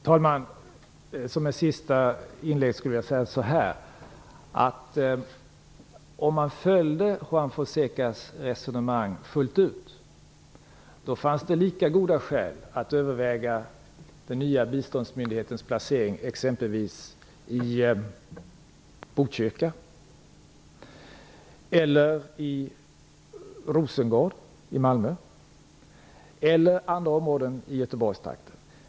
Fru talman! Som ett sista inlägg skulle jag vilja säga följande. Om man följde Juan Fonsecas resonemang fullt ut fanns det lika goda skäl att överväga en placering av den nya biståndsmyndigheten i exempelvis Botkyrka, Rosengård i Malmö eller andra områden i Göteborgstrakten.